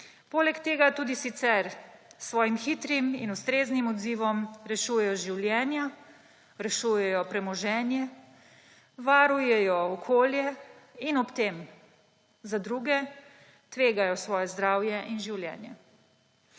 Poleg tega tudi sicer s svojim hitrim in ustreznim odzivom rešujejo življenja, rešujejo premoženje, varujejo okolje in ob tem za druge tvegajo svoje zdravje in življenje.